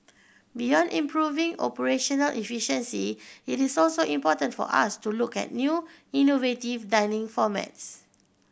beyond improving operational efficiency it is also important for us to look at new innovative dining formats